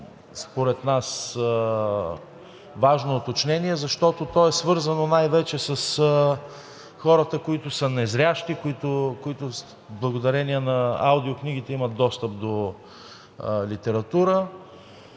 според нас уточнение, защото то е свързано най-вече с хората, които са незрящи, които благодарение на аудиокнигите имат достъп до литература,